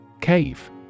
Cave